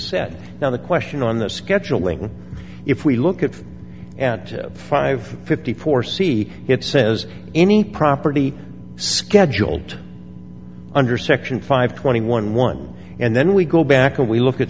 said now the question on the scheduling if we look at at five fifty four c it says any property scheduled under section five twenty one one and then we go back and we look at